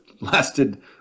lasted